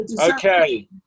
Okay